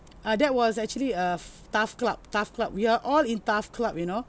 uh that was actually err TAF club TAF club we are all in TAF club you know